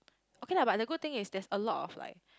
okay lah but the good thing is there's a lot of like